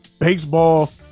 Baseball